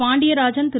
Pandiarajan Thiru